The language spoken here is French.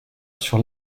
sur